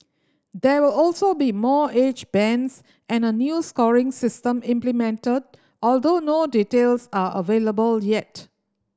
there will also be more age bands and a new scoring system implemented although no details are available yet